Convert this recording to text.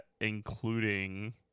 including